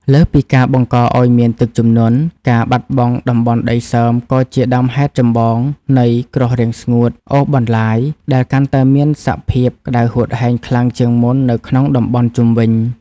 លើសពីការបង្កឱ្យមានទឹកជំនន់ ការបាត់បង់តំបន់ដីសើមក៏ជាដើមហេតុចម្បងនៃ គ្រោះរាំងស្ងួតអូសបន្លាយ ដែលកាន់តែមានសភាពក្តៅហួតហែងខ្លាំងជាងមុននៅក្នុងតំបន់ជុំវិញ។